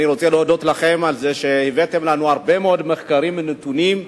אני רוצה להודות לכם על שהבאתם לנו הרבה מאוד מחקרים ונתונים,